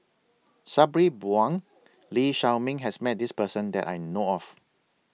Sabri Buang Lee Shao Meng has Met This Person that I know of